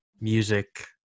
music